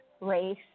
race